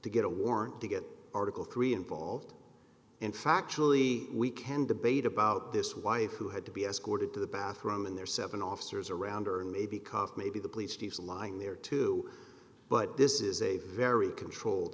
to get a warrant to get article three involved and factually we can debate about this wife who had to be escorted to the bathroom and there's seven officers around her and maybe cuffed maybe the police chief lying there too but this is a very controlled